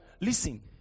Listen